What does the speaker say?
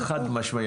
חד משמעית.